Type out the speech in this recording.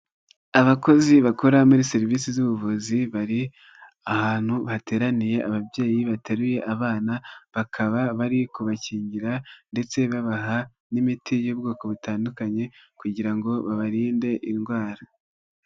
Abakozi bakora muri serivisi z'ubuvuzi bari ahantu hateraniye ababyeyi bateruye abana bakaba bari kubakingira ndetse babaha n'imiti y'ubwoko butandukanye kugira ngo babarinde indwara.